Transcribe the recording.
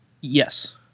Yes